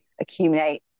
accumulate